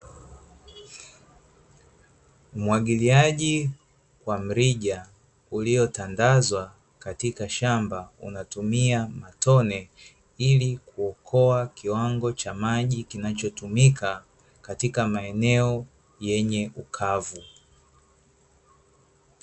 Umwagiliaji wa mrija, uliotandazwa katika shamba, unatumia matone, ili kuokoa kiwango cha maji kinachotumika, katika maeneo yenye ukavu.